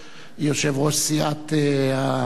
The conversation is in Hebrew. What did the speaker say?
יושב-ראש סיעת העבודה.